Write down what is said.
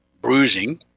bruising